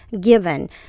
given